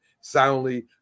soundly